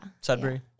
Sudbury